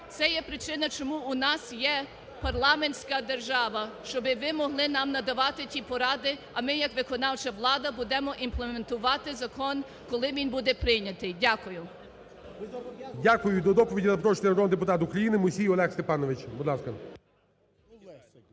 Це є причина, чому у нас є парламентська держава, щоб ви могли нам надавати ті поради, а ми як виконавча влада будемо імплементувати закон, коли він буде прийнятий. Дякую. ГОЛОВУЮЧИЙ. Дякую. До доповіді запрошується народний депутат України Мусій Олег Степанович. Будь ласка.